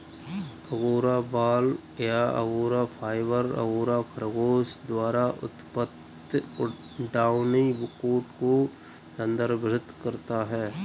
angora बाल या angora fibre, angora खरगोश द्वारा उत्पादित डाउनी कोट को संदर्भित करता है